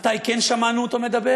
מתי כן שמענו אותו מדבר?